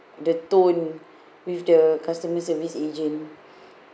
the tone with the customer service agent